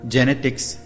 Genetics